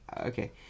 okay